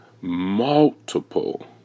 multiple